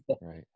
Right